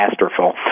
masterful